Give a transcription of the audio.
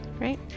right